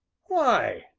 why,